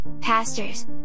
pastors